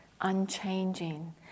unchanging